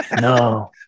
no